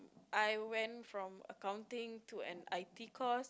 I went from accounting to an I_T course